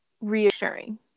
reassuring